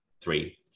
three